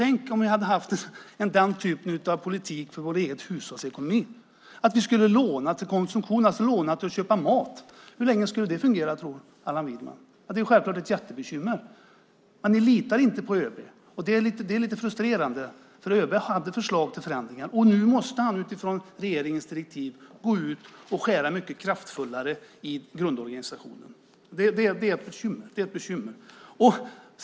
Tänk om vi förde den typen av politik vad gäller vår hushållsekonomi, att vi skulle låna till konsumtionen, alltså låna till att köpa mat. Hur länge tror Allan Widman att det skulle fungera? Det är självklart ett jättebekymmer att ni inte litar på ÖB. Det är lite frustrerande, för ÖB hade förslag till förändringar. Nu måste han utifrån regeringens direktiv gå ut och skära mycket kraftigare i grundorganisationen. Det är ett bekymmer.